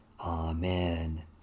Amen